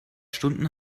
stunden